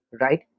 right